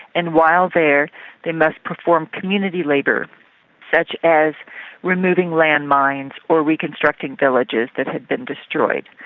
and while there they must perform community labour such as removing landmines or reconstructing villages that had been destroyed.